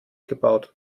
gebaut